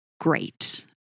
great